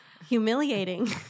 humiliating